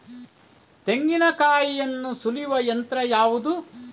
ತೆಂಗಿನಕಾಯಿಯನ್ನು ಸುಲಿಯುವ ಯಂತ್ರ ಯಾವುದು?